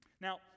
Now